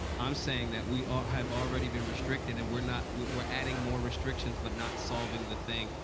i'm saying that we ah have already been restricted, and we're not we're adding more restrictions but not solving the thing.